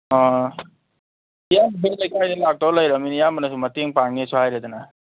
ꯑꯥ ꯏꯌꯥꯝꯕꯍꯣꯏ ꯂꯩꯀꯥꯏꯗ ꯂꯥꯛꯇꯧ ꯂꯩꯔꯃꯤꯅ ꯏꯌꯥꯝꯕꯅꯁꯨ ꯃꯇꯦꯡ ꯄꯥꯡꯅꯤꯁꯨ ꯍꯥꯏꯔꯦꯗꯅ